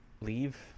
leave